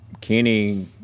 kenny